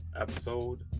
episode